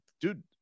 dude